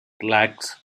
lacks